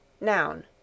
Noun